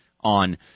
on